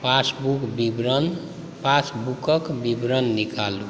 passbook विवरण पासबुकक विवरण निकालु